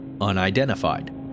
Unidentified